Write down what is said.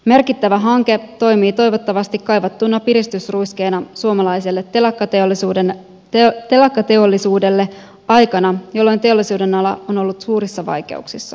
merkittävä hanke toimii toivottavasti kaivattuna piristysruiskeena suomalaiselle telakkateollisuudelle aikana jolloin teollisuudenala on ollut suurissa vaikeuksissa